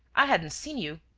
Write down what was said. i hadn't seen you.